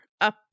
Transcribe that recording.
up